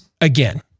again